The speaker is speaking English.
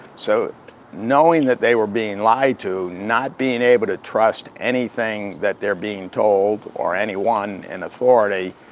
so knowing that they were being lied to, not being able to trust anything that they're being told or anyone in authority,